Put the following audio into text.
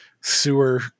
sewer